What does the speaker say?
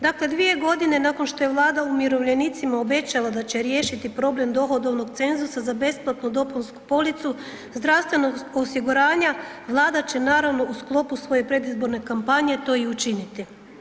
Dakle, 2.g. nakon što je Vlada umirovljenicima obećala da će riješiti problem dohodovnog cenzusa za besplatnu dopunsku policu zdravstvenog osiguranja, Vlada će naravno u sklopu svoje predizborne kampanje to i učiniti.